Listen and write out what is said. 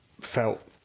felt